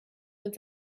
mit